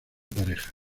pareja